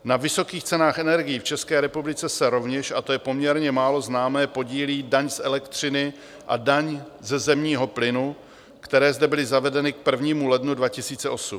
Na vysokých cenách energií v České republice se rovněž, a to je poměrně málo známé, podílí daň z elektřiny a daň ze zemního plynu, které zde byly zavedeny k 1. lednu 2008.